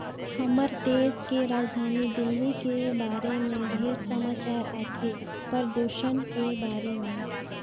हमर देश के राजधानी दिल्ली के बारे मे ढेरे समाचार आथे, परदूषन के बारे में